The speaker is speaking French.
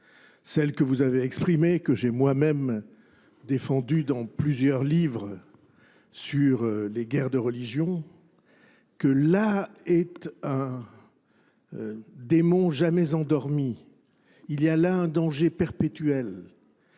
Celle que vous avez exprimée, que j'ai moi-même défendue dans plusieurs livres sur les guerres de religion, que là est un démon jamais endormi. Il y a là un danger perpétuel